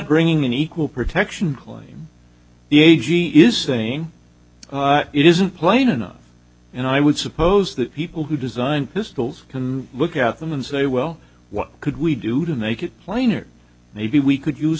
bringing in equal protection claim the a g is saying it isn't plain enough and i would suppose that people who design pistols can look at them and say well what could we do to make it plainer maybe we could use